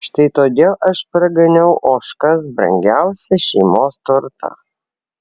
štai todėl aš praganiau ožkas brangiausią šeimos turtą